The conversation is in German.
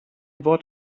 wort